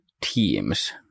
teams